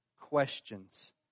questions